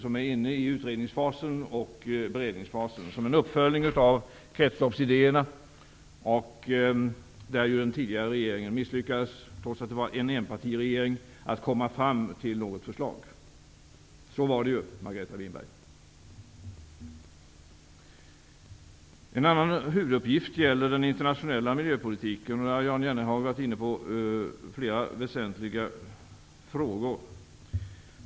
Arbetet är nu inne i utredningsfasen och beredningsfasen. Det är en uppföljning av kretsloppsidéerna, där den tidigare regeringen, trots att det var en enpartiregering, misslyckades med att komma fram till något förslag. Så var det ju, Margareta Winberg. En annan huvuduppgift gäller den internationella miljöpolitiken. Här har Jan Jennehag varit inne på flera väsentliga frågor.